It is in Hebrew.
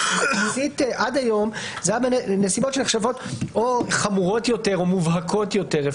עד היום זה היה בנסיבות שנחשבות או חמורות יותר או מובהקות יותר.